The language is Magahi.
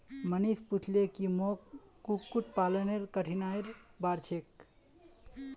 मनीष पूछले की मोक कुक्कुट पालनेर कठिनाइर बार छेक